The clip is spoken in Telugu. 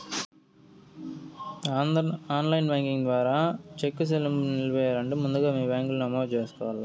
ఆన్లైన్ బ్యాంకింగ్ ద్వారా చెక్కు సెల్లింపుని నిలిపెయ్యాలంటే ముందుగా మీ బ్యాంకిలో నమోదు చేసుకోవల్ల